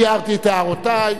אני הערתי את הערותי.